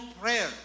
prayer